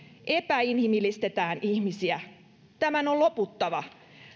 epäinhimillistetään ihmisiä tämän on loputtava